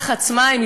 לחץ מים,